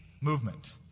movement